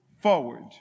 forward